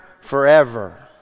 forever